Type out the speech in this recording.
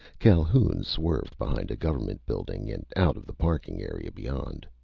calhoun swerved behind a government building and out of the parking area beyond.